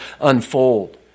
unfold